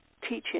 teaching